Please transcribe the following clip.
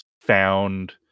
found